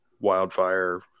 wildfire